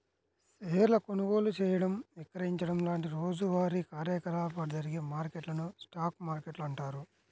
షేర్ల కొనుగోలు చేయడం, విక్రయించడం లాంటి రోజువారీ కార్యకలాపాలు జరిగే మార్కెట్లను స్టాక్ మార్కెట్లు అంటారు